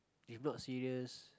if not serious